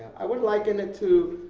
i would liken it to,